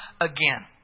again